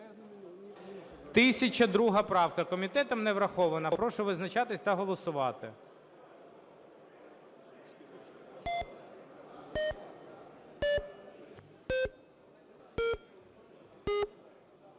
1002 правка. Комітетом не врахована. Прошу визначатись та голосувати.